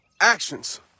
actions